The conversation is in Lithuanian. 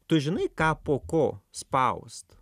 tu žinai ką po ko spaust